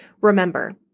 Remember